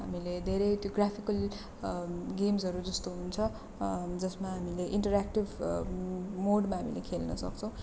हामीले धेरै त्यो ग्राफिकल गेम्जहरू जस्तो हुन्छ जसमा हामीले इन्ट्रऱ्याक्टिभ मोडमा हामीले खेल्न सक्छौँ